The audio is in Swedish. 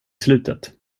slutet